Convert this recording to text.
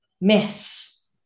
Miss